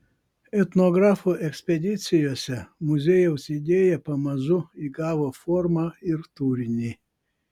etnografų ekspedicijose muziejaus idėja pamažu įgavo formą ir turinį